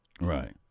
right